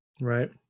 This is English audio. right